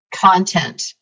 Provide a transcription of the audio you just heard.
content